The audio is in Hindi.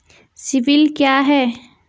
सिबिल क्या है?